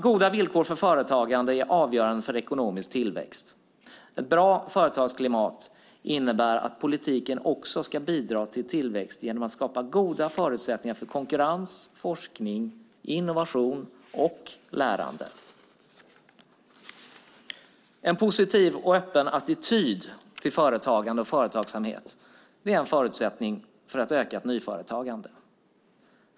Goda villkor för företagande är avgörande för ekonomisk tillväxt. Ett bra företagsklimat innebär att politiken också ska bidra till tillväxt genom att skapa goda förutsättningar för konkurrens, forskning, innovation och lärande. En positiv och öppen attityd till företagande och företagsamhet är en förutsättning för ett ökat nyföretagande.